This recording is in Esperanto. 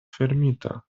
fermita